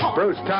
Bruce